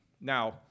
Now